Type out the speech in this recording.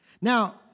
Now